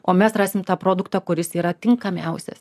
o mes rasim tą produktą kuris yra tinkamiausias